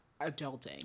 Adulting